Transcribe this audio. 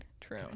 True